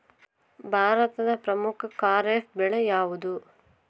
ಭಾರತದ ಪ್ರಮುಖ ಖಾರೇಫ್ ಬೆಳೆ ಯಾವುದು?